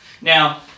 Now